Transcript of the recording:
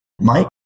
Mike